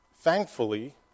thankfully